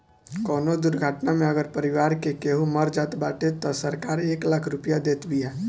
कवनो दुर्घटना में अगर परिवार के केहू मर जात बाटे तअ सरकार एक लाख रुपिया देत बिया